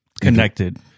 Connected